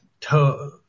toe